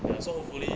ya so hopefully